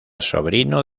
sobrino